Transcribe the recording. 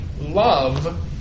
Love